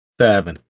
Seven